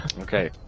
Okay